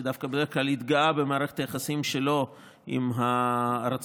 שדווקא בדרך כלל התגאה במערכת היחסים שלו עם ארצות